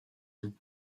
and